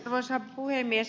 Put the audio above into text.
arvoisa puhemies